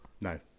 No